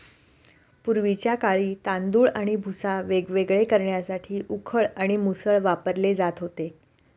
पूर्वीच्या काळी तांदूळ आणि भुसा वेगवेगळे करण्यासाठी उखळ आणि मुसळ वापरले जात होते